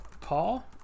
Paul